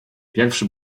pierwszy